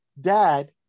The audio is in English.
dad